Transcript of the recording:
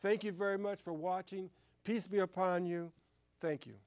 thank you very much for watching peace be upon you thank you